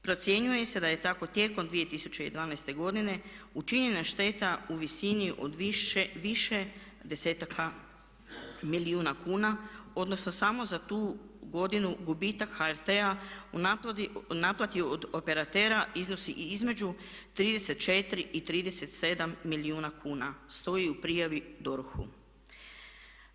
Procjenjuje se da je tako tijekom 2012. godine učinjena šteta u visini od više desetaka milijuna kuna, odnosno samo za tu godinu gubitak HRT-a u naplati operatera iznosi i između 34 i 37 milijuna kuna stoji u prijavi DORH-u.